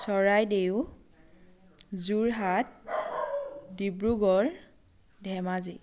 Charaideo Jorhat Dibrugarh Dhemaji